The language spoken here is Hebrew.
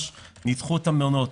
ניתחו את המעונות.